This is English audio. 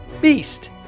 beast